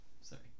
Sorry